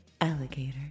alligator